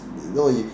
no it's